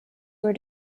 were